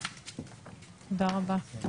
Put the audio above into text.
תודה רבה.